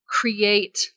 create